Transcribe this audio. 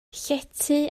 llety